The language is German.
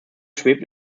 schwebt